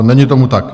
Není tomu tak.